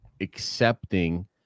accepting